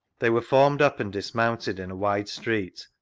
they were formed up and dismounted in a wide street,